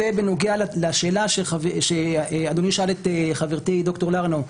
זה בנוגע לשאלה שאדוני שאל את חברתי, ד"ר לרנאו.